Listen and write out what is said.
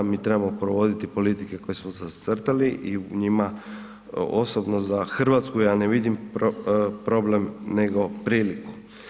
Mi trebamo provoditi politike koje smo zacrtali i u njima osobno za Hrvatsku ja ne vidim problem, nego priliku.